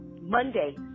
Monday